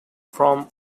from